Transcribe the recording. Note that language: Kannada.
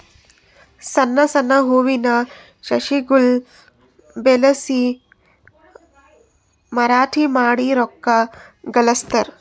ಸಣ್ಣ್ ಸಣ್ಣ್ ಹೂವಿನ ಸಸಿಗೊಳ್ ಬೆಳಸಿ ಮಾರಾಟ್ ಮಾಡಿ ರೊಕ್ಕಾ ಗಳಸ್ತಾರ್